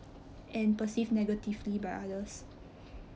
and perceived negatively by others